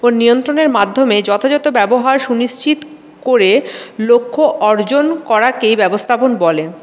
ও নিয়ন্ত্রণের মাধ্যমে যথাযথ ব্যবহার সুনিশ্চিত করে লক্ষ্য অর্জন করাকেই ব্যবস্থাপন বলে